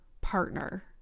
partner